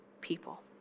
people